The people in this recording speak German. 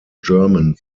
german